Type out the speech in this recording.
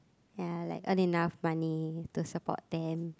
ya like earn enough money to support them